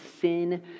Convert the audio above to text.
Sin